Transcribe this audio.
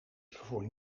voor